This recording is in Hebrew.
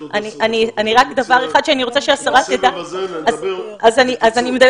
רק דבר אחד שאני רוצה שהשרה תדע, שאני חושבת